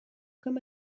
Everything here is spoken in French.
comme